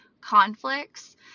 conflicts